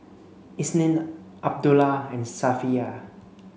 Isnin Abdullah and Safiya